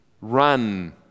run